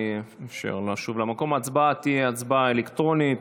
ההצבעה אלקטרונית.